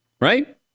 right